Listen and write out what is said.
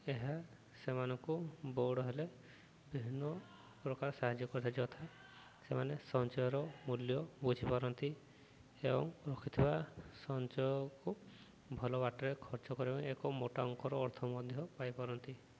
ଏହା ସେମାନଙ୍କୁ ବଡ଼ ହେଲେ ବିଭିନ୍ନ ପ୍ରକାର ସାହାଯ୍ୟ କରିଥାଏ ଯଥା ସେମାନେ ସଞ୍ଚୟର ମୂଲ୍ୟ ବୁଝିପାରନ୍ତି ଏବଂ ରଖିଥିବା ସଞ୍ଚୟକୁ ଭଲ ବାଟରେ ଖର୍ଚ୍ଚ କରିବା ପାଇଁ ଏକ ମୋଟା ଅଙ୍କର ଅର୍ଥ ମଧ୍ୟ ପାଇପାରନ୍ତି